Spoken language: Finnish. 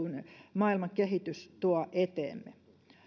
maailman kehitys tuo eteemme